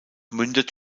mündet